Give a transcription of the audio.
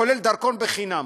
כולל דרכון חינם.